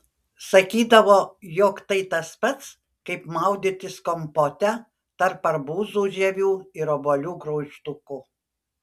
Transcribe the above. sakydavo jog tai tas pats kaip maudytis kompote tarp arbūzų žievių ir obuolių graužtukų